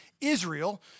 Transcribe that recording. Israel